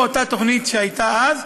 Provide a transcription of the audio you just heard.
לא אותה תוכנית שהייתה אז,